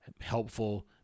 helpful